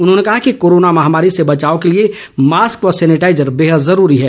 उन्होंने कहा कि कोरोना महामारी से बचाव के लिए मास्क व सैनिटाईजर बेहद जरूरी है